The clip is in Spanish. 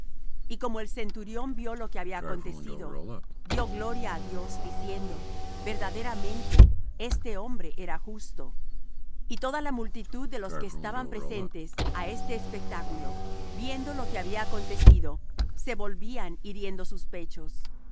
y como el centurión vió lo que había acontecido dió gloria á dios diciendo verdaderamente este hombre era justo y toda la multitud de los que estaban presentes á este espectáculo viendo lo que había acontecido se volvían hiriendo sus pechos